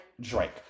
Drake